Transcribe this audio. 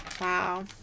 wow